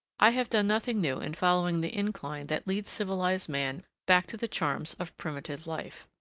i have done nothing new in following the incline that leads civilized man back to the charms of primitive life.